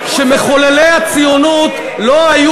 זה בסדר, זה בסדר.